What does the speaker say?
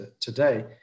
today